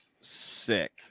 sick